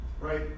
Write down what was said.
Right